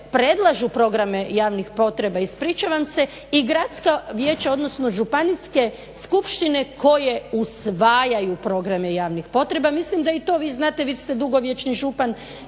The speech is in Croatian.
predlažu programe javnih potreba ispričavam se i gradska vijeća odnosno županijske skupštine koje usvajaju programe javnih potreba. Mislim da i to vi znate, vi ste dugovječni župan